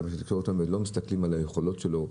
לא מסתכלים על היכולות שלו,